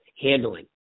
handling